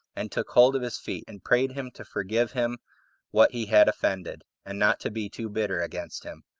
and took hold of his feet, and prayed him to forgive him what he had offended, and not to be too bitter against him,